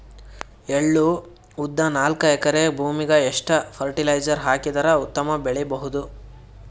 ಎಳ್ಳು, ಉದ್ದ ನಾಲ್ಕಎಕರೆ ಭೂಮಿಗ ಎಷ್ಟ ಫರಟಿಲೈಜರ ಹಾಕಿದರ ಉತ್ತಮ ಬೆಳಿ ಬಹುದು?